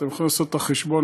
אתם יכולים לעשות לבד את החשבון.